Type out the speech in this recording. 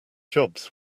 jobs